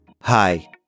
Hi